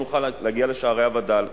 לא נוכל להגיע לשערי הווד"ל?